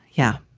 yeah.